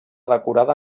decorada